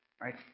right